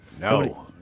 No